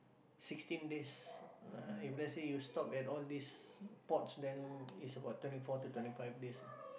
sixteen days uh if let's say if you stop at all these ports then it's about twenty four to twenty five days ah